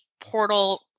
portal